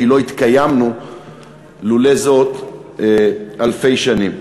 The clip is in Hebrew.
כי לא התקיימנו ללא זאת אלפי שנים.